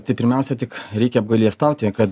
tai pirmiausia tik reikia apgailestauti kad